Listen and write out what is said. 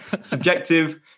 subjective